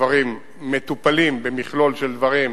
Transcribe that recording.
הדברים מטופלים במכלול של דברים,